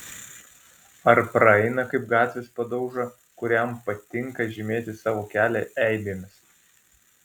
ar praeina kaip gatvės padauža kuriam patinka žymėti savo kelią eibėmis